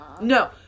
No